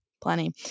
plenty